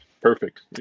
perfect